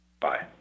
Bye